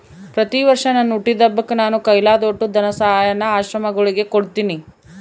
ಪ್ರತಿವರ್ಷ ನನ್ ಹುಟ್ಟಿದಬ್ಬಕ್ಕ ನಾನು ಕೈಲಾದೋಟು ಧನಸಹಾಯಾನ ಆಶ್ರಮಗುಳಿಗೆ ಕೊಡ್ತೀನಿ